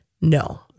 No